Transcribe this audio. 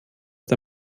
der